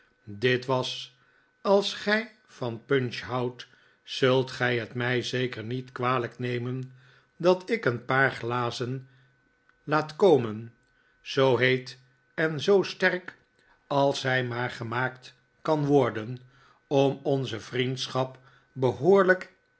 dit was als gij van punch houdt zult gij het mij zeker niet kwalijk nemen dat ik een paar glazen laat komen zoo heet en zoo sterk als zij maar gemaakt kan worden om onze vriendschap behooilijk